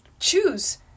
Choose